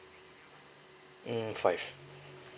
mm five